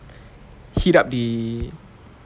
heat up the